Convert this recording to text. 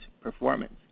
performance